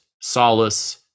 solace